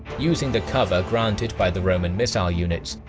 using the cover granted by the roman missile units,